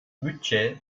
bütçe